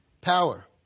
power